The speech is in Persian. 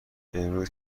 امروز